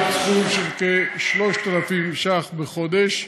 עד סכום של כ-3,000 ש"ח בחודש,